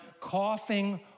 Coughing